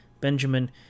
Benjamin